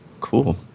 Cool